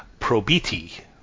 probiti